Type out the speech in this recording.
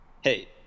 Hey